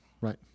Right